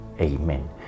Amen